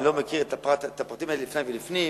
אני לא מכיר את הפרטים האלה לפני ולפנים,